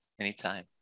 Anytime